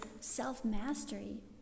self-mastery